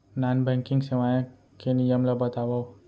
Non banking सेवाएं के नियम ला बतावव?